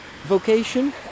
vocation